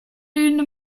une